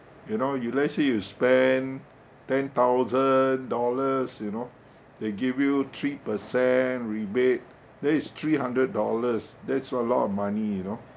you know you let's say you spend ten thousand dollars you know they give you three percent rebate that is three hundred dollars that's a lot of money you know